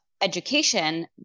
education